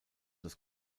das